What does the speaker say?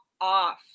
off